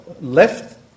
left